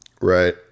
Right